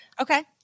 Okay